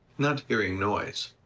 not hearing noise.